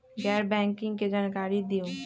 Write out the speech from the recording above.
गैर बैंकिंग के जानकारी दिहूँ?